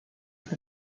with